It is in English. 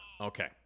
Okay